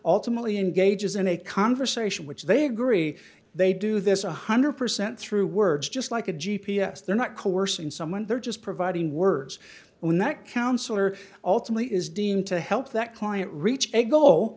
ultimately engages in a conversation which they agree they do this one hundred percent through words just like a g p s they're not coercing someone they're just providing words when that counselor ultimately is deemed to help that client reach a goal